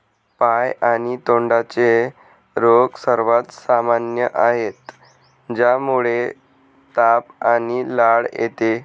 पाय आणि तोंडाचे रोग सर्वात सामान्य आहेत, ज्यामुळे ताप आणि लाळ येते